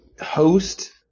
host